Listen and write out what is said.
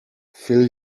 fill